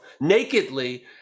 nakedly